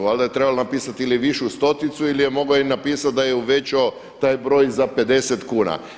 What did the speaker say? Valjda je trebalo napisati ili višu stoticu ili mogao je napisati da je uvećao taj broj za 50 kuna.